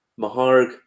Maharg